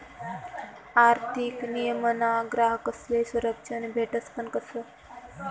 आर्थिक नियमनमा ग्राहकस्ले संरक्षण भेटस पण कशं